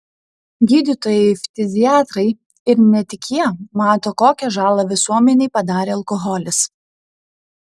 gydytojai ftiziatrai ir ne tik jie mato kokią žalą visuomenei padarė alkoholis